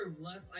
left